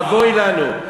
אבוי לנו.